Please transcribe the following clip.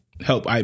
help